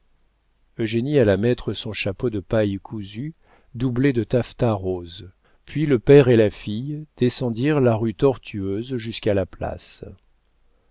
faire eugénie alla mettre son chapeau de paille cousue doublé de taffetas rose puis le père et la fille descendirent la rue tortueuse jusqu'à la place